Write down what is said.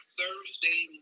Thursday